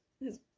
his-